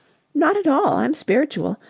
not at all. i'm spiritual.